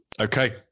Okay